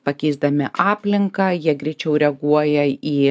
pakeisdami aplinką jie greičiau reaguoja į